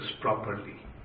properly